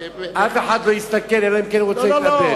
אף אחד לא יסתכן, אלא אם כן הוא רוצה להתאבד.